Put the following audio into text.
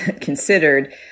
considered